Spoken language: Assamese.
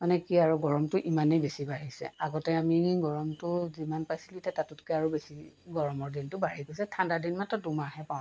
মানে কি আৰু গৰমটো ইমানেই বেছি বাঢ়িছে আগতে আমি গৰমটো যিমান পাইছিলোঁ এতিয়া তাতোতকৈ আৰু বেছি গৰমৰ দিনটো বাঢ়ি গৈছে ঠাণ্ডা দিন মাত্ৰ দুমাহে পাওঁ